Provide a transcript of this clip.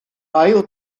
ail